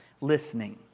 Listening